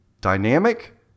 Dynamic